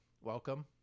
Welcome